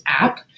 app